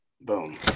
Boom